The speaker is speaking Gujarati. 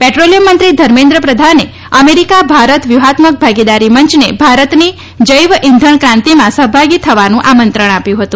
પેદ્રોલિયમ મંત્રી ધર્મેન્દ્ર પ્રધાને અમેરિકા ભારત વ્યુહાત્મક ભાગીદારી મંચને ભારતની જૈવ ઇંધણ ક્રાંતિમાં સહભાગી થવાનું આમંત્રણ આપ્યું હતું